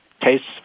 tastes